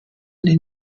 این